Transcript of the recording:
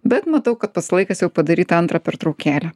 bet matau kad pats laikas jau padaryt antrą pertraukėlę